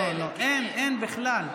לא, לא, אין, בכלל,